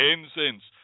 Incense